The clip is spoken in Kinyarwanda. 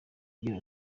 agira